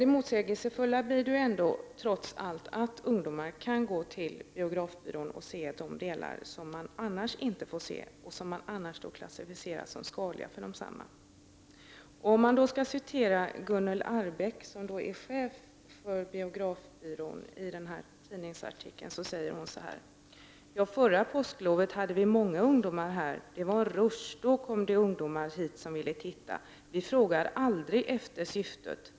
Det motsägelsefulla är att ungdomar kan gå till biografbyrån och se de delar av filmerna som de annars inte får se och som klassificerats som skadliga för dem. Låt mig citera Gunnel Arrbäck, som är chef för biografbyrån och som i den nämnda tidningsartikeln säger så här: ”Ja, förra påsklovet hade vi många ungdomar här, det var en rusch. Då och då kommer det ungdomar hit som vill titta. Vi frågar aldrig efter syftet.